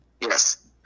Yes